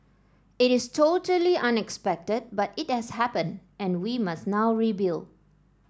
it is totally unexpected but it has happened and we must now rebuild